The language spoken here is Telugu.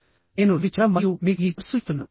నేను రవి చంద్ర మరియు మీకు ఈ కోర్సు ఇస్తున్నాను